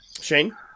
Shane